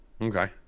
Okay